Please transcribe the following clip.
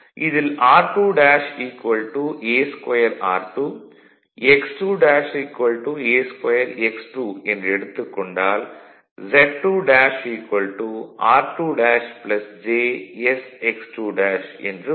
இதில் r2' a2r2 x2' a2x2 என்று எடுத்துக் கொண்டால் Z2' r2' jsx2' என்று வரும்